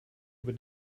über